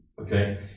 Okay